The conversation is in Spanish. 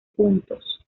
puntos